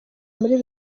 muri